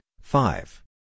five